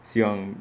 希望